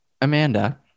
Amanda